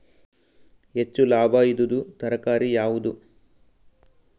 ಹೆಚ್ಚು ಲಾಭಾಯಿದುದು ತರಕಾರಿ ಯಾವಾದು?